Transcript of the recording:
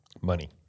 Money